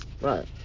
Right